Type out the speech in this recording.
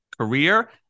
career